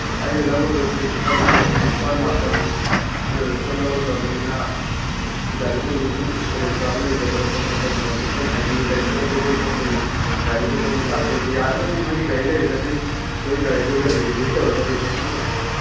ꯑꯩꯅ ꯂꯧꯒꯗꯧꯔ ꯂꯨꯄꯥ ꯂꯤꯁꯤꯡ ꯅꯤꯄꯥꯜ ꯃꯥꯄꯜꯒꯤ ꯑꯣꯏꯕ ꯄꯣꯠ ꯂꯧꯒꯗꯔꯤꯕꯅꯤꯅ ꯒꯥꯔꯤ ꯅꯨꯡꯂꯤꯒꯤ ꯈꯨꯗꯣꯡ ꯆꯥꯕ ꯂꯩꯒꯗ꯭ꯔꯣ ꯀꯃꯥꯏ ꯇꯧꯕꯅꯣ ꯍꯥꯏꯐꯦꯠꯇꯪ ꯍꯥꯏꯕꯤꯌꯨ ꯂꯩꯇ꯭ꯔꯒꯗꯤ ꯑꯩꯈꯣꯏ ꯁꯣꯝꯗꯒꯤ ꯒꯥꯔꯤꯒ ꯂꯧꯕ ꯂꯥꯛꯇꯣꯏꯅꯤ ꯌꯥꯔꯒꯗꯤ ꯅꯣꯏꯒꯤ ꯒꯥꯔꯤ ꯂꯩꯔꯒꯗꯤ ꯅꯣꯏ ꯒꯥꯔꯤꯗꯨꯒ ꯗꯤꯂꯤꯕꯔꯤ ꯇꯧꯔꯒꯗꯤ ꯍꯦꯟꯅ ꯅꯨꯡꯉꯥꯏꯖꯒꯅꯤ